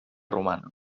romana